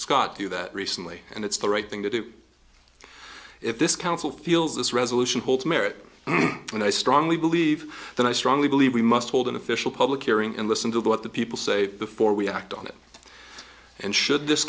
scott do that recently and it's the right thing to do if this council feels this resolution holds merit and i strongly believe that i strongly believe we must hold an official public hearing and listen to what the people say before we act on it and should this